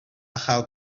chael